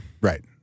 Right